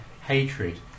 hatred